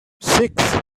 six